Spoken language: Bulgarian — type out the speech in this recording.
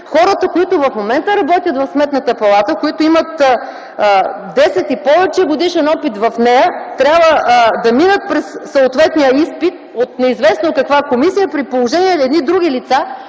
хората, които в момента работят в Сметната палата, които имат 10 и повече годишен опит в нея, трябва да минат през съответния изпит от неизвестно каква комисия, при положение че едни други лица,